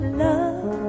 love